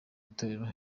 itorero